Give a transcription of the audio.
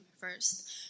first